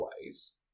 ways